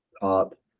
top